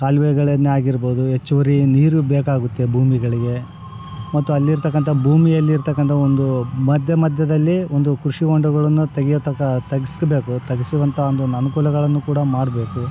ಕಾಲುವೆಗಳನ್ನೆ ಆಗಿರ್ಬೋದು ಹೆಚ್ಚುವರಿ ನೀರು ಬೇಕಾಗುತ್ತೆ ಭೂಮಿಗಳಿಗೆ ಮತ್ತು ಅಲ್ಲಿರ್ತಕ್ಕಂಥ ಭೂಮಿಯಲಿ ಇರ್ತಕ್ಕಂಥ ಒಂದು ಮಧ್ಯ ಮಧ್ಯದಲ್ಲಿ ಒಂದು ಕೃಷಿ ಹೊಂಡಗಳನ್ನ ತೆಗಿಯತಕ್ಕ ತೆಗೆಸ್ಬೇಕು ತೆಗೆಸುವಂಥ ಒಂದು ಅನುಕೂಲಗಳನ್ನು ಕೂಡ ಮಾಡಬೇಕು